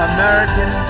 American